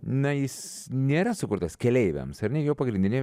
na jis nėra sukurtas keleiviams ar ne jo pagrindinė